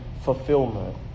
fulfillment